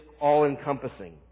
all-encompassing